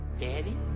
Daddy